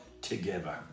together